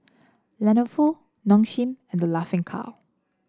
Lenovo Nong Shim and The Laughing Cow